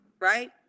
right